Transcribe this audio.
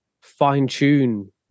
fine-tune